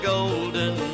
Golden